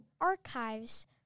Archives